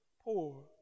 Poor